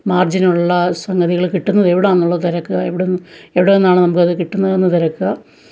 മാർജ്ജിനുള്ള സംഗതികൾ കിട്ടുന്നത് എവിടാന്നുള്ളത് തിരക്കുക എവിടെ എവിടെ നിന്നാണ് നമുക്കത് കിട്ടുന്നതെന്ന് തിരക്കുക